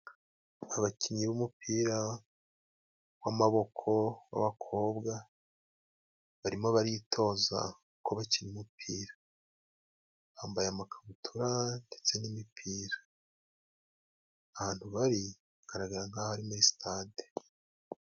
Abakinnyi b'umupira w'amaboko w'abakobwa, barimo baritoza uko bakina umupira. Bambaye amakabutura ndetse n'imipira. Ahantu bari hagaragara nk'aho ari muri sitade.